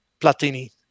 Platini